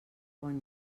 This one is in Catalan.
bon